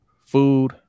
food